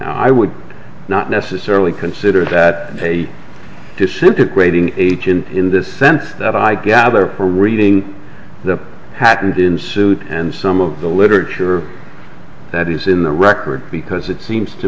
i would not necessarily consider that a disintegrating agent in this sense that i gather from reading that happened in suit and some of the literature that is in the record because it seems to